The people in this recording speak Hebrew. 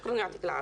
תודה.